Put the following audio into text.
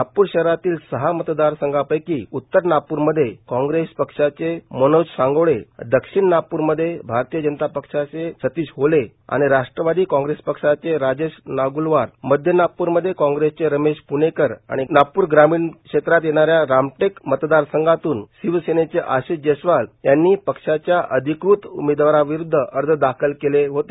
नागपूर शहरातील सहा मतदारसंघापैकी उत्तर नागपूरमध्ये काँग्रेस पक्षाचे मनोज सांगोळे दक्षिण नागप्रचे भारतीय जनता पक्षाचे सतीश होले आणि राष्ट्रवादी काँग्रेस पक्षाचे राजेश नागुलवार मध्य नागपूरमध्ये काँग्रेसचे रमेश कुनेकर नागपूर ग्रामीण मध्ये येणाऱ्या रामटेक मतदारसंघातून शिवसेनेचे आशिष जयस्वाल यांनी पक्षाच्या अधिकृत उमेदारांविरूद्ध अर्ज दाखल केले होते